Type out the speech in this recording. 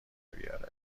بیاره